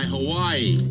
Hawaii